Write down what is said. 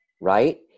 Right